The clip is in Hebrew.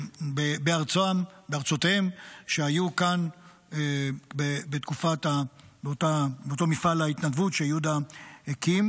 בארצותיהם שהיו כאן באותו מפעל ההתנדבות שיהודה הקים.